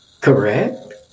correct